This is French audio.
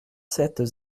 sept